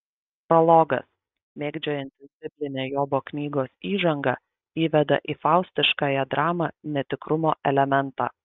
prologas mėgdžiojantis biblinę jobo knygos įžangą įveda į faustiškąją dramą netikrumo elementą